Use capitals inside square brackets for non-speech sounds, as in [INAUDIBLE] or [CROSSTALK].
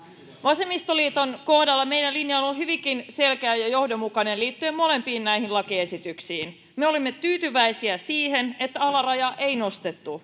vasemmistoliiton linja on ollut hyvinkin selkeä ja johdonmukainen liittyen molempiin näihin lakiesityksiin me olemme tyytyväisiä siihen että alarajaa ei nostettu [UNINTELLIGIBLE]